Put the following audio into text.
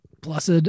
Blessed